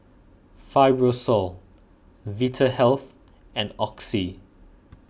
Fibrosol Vitahealth and Oxy